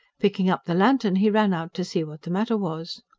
picking up the lantern, he ran out to see what the matter was.